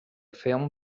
film